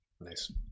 Nice